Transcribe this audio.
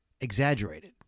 exaggerated